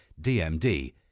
DMD